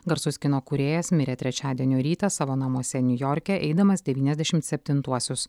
garsus kino kūrėjas mirė trečiadienio rytą savo namuose niujorke eidamas devyniasdešimt septintuosius